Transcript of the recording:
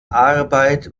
arbeit